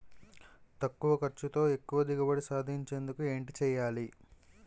తక్కువ ఖర్చుతో ఎక్కువ దిగుబడి సాధించేందుకు ఏంటి చేయాలి?